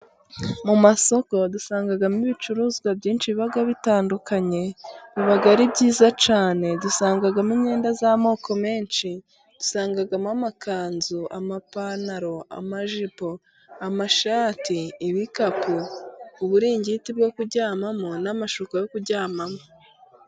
Mu masoko dusangamo ibicuruzwa byinshi biba bitandukanye biba ari byiza cyane dusangamo; imyenda z'amoko menshi, dusangamo amakanzu, amapantaro, amajipo amashati, ibikapu, uburingiti bwo kuryamamo n'amashuka yo kuryamamo.